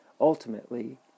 Ultimately